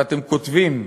ואתם כותבים,